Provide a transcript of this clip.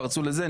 פרצו לזה,